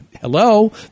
hello